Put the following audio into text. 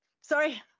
sorry